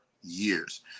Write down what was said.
years